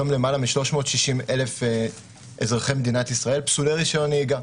היום יותר מ-360,000 אזרחי מדינת ישראל פסולי רישיון נהיגה,